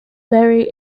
very